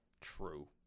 True